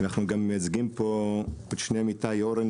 אנחנו גם מייצגים פה בשם איתי אורן